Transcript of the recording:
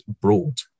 broad